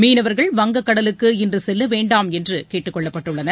மீனவர்கள் வங்கக்கடலுக்கு இன்று செல்லவேண்டாம் என்று கேட்டுக்கொள்ளப்பட்டுள்ளனர்